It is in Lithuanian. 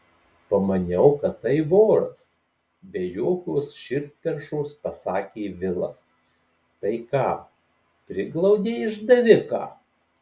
pamaniau kad tai voras be jokios širdperšos pasakė vilas tai ką priglaudei išdaviką